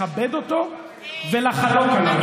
לכבד אותו ולחלוק עליו.